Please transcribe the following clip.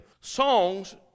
songs